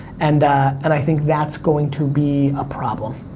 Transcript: and and i think that's going to be a problem.